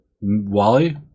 Wally